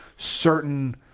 certain